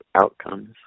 outcomes